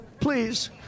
please